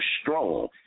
strong